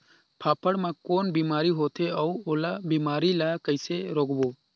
फाफण मा कौन बीमारी होथे अउ ओला बीमारी ला कइसे रोकबो?